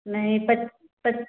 नहीं पच पच